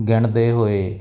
ਗਿਣਦੇ ਹੋਏ